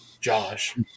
Josh